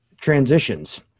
Transitions